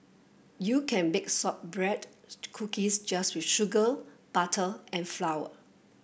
you can bake sort bread cookies just with sugar butter and flour